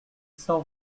cent